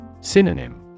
Synonym